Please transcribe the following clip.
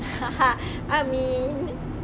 haha amin